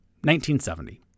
1970